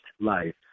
life